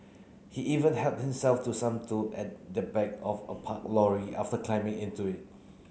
he even helped himself to some tool at the back of a parked lorry after climbing into it